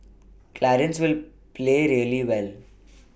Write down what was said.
clarence will play really well